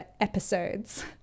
episodes